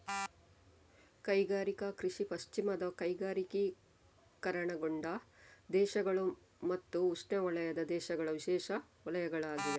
ಕೈಗಾರಿಕಾ ಕೃಷಿ ಪಶ್ಚಿಮದ ಕೈಗಾರಿಕೀಕರಣಗೊಂಡ ದೇಶಗಳು ಮತ್ತು ಉಷ್ಣವಲಯದ ದೇಶಗಳ ವಿಶೇಷ ವಲಯಗಳಾಗಿವೆ